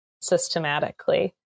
systematically